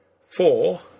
Four